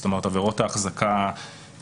זאת אומרת, עבירות האחזקה והנשיאה.